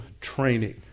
training